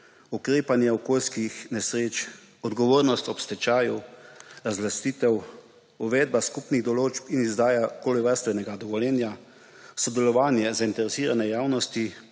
ukrepanje ob okoljskih nesrečah, odgovornost ob stečaju, razlastitev, uvedba skupnih določb in izdaja okoljevarstvenega dovoljenja, sodelovanje zainteresirane javnost